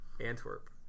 Antwerp